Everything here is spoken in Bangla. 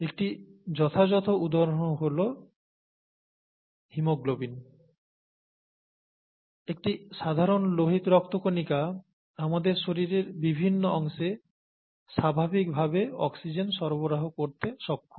একটি যথাযত উদাহরণ হল হিমোগ্লোবিন একটি সাধারণ লোহিত রক্তকণিকা আমাদের শরীরের বিভিন্ন অংশে স্বাভাবিক ভাবে অক্সিজেন সরবরাহ করতে সক্ষম